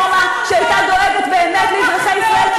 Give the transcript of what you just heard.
זאת הרפורמה שהייתה דואגת באמת לאזרחי ישראל,